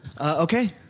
Okay